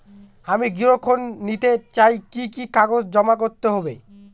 আমি গৃহ ঋণ নিতে চাই কি কি কাগজ জমা করতে হবে?